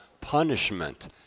punishment